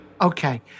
Okay